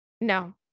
No